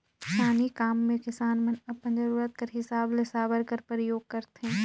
किसानी काम मे किसान मन अपन जरूरत कर हिसाब ले साबर कर परियोग करथे